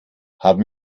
haben